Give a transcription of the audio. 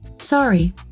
Sorry